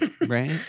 right